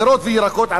פירות וירקות,